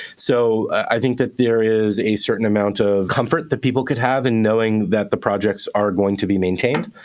so i think that there is a certain amount of comfort that people could have in knowing that the projects are going to be maintained.